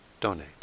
donate